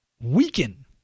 weaken